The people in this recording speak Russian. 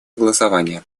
голосования